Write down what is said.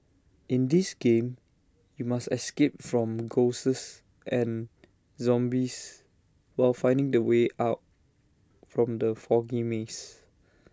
in this game you must escape from ghosts and zombies while finding the way out from the foggy maze